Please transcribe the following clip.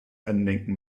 andenken